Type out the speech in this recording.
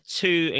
two